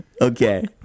Okay